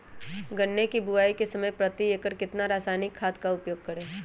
गन्ने की बुवाई के समय प्रति एकड़ कितना रासायनिक खाद का उपयोग करें?